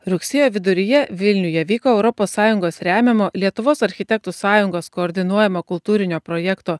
rugsėjo viduryje vilniuje vyko europos sąjungos remiamo lietuvos architektų sąjungos koordinuojamo kultūrinio projekto